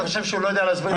אתה חושב שהוא לא יודע להסביר?